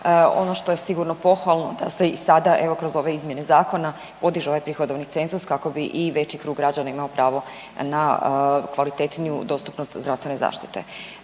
Ono što je sigurno pohvalno da se i sada evo kroz ove izmjene zakona podiže ovaj prihodovni cenzus kako bi i veći krug građana imao pravo na kvalitetniju dostupnost zdravstvene zaštite.